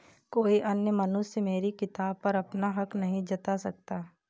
कोई अन्य मनुष्य मेरी किताब पर अपना हक नहीं जता सकता